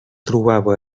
trobava